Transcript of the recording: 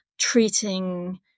Treating